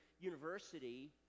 University